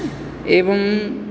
एवं